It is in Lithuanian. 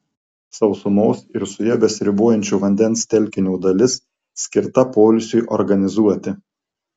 sausumos ir su ja besiribojančio vandens telkinio dalis skirta poilsiui organizuoti